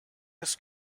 this